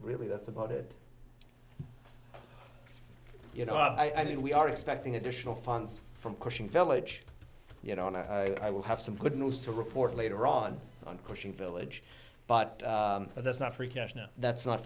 really that's about it you know i mean we are expecting additional funds from cushing fellow which you know and i will have some good news to report later on on cushing village but that's not free cash now that's not